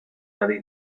ari